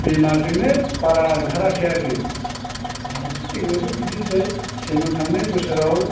बेमारजोंनो बारा ओंखाराखै आरोखि मथा मथि देग्लायबो बिदिनोसै सेमोन थांनाय बोसोराव